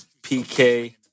PK